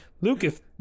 Lucas